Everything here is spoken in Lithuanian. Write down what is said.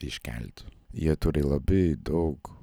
iškelt jie turi labai daug